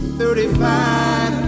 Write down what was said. thirty-five